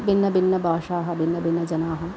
भिन्न भिन्न भाषाः भिन्न भिन्न जनाः